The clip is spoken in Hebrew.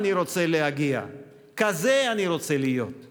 הגברנו את השקיפות, קידמנו את הנגישות,